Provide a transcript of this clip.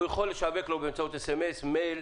הוא יכול לשווק לו באמצעות SMS, מייל,